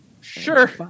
Sure